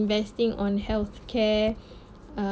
investing on healthcare uh